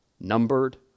numbered